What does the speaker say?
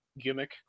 gimmick